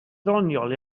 ddoniol